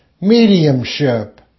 Mediumship